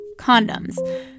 condoms